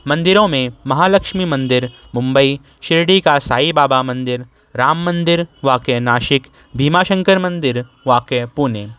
مندروں میں مہالکشمی مندر ممبئی شرڈی کا سائی بابا مندر رام مندر واقع ناشک دیما شنکر مندر واقع پونے